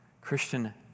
Christian